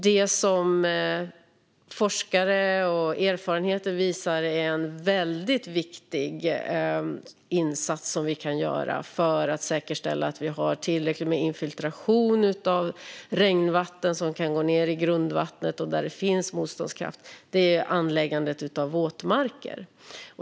Det som forskning och erfarenhet visar är en väldigt viktig insats för att säkerställa att vi har tillräcklig infiltration av regnvatten ned till grundvattnet och att det finns motståndskraft är anläggandet av våtmarker.